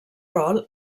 rol